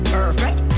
Perfect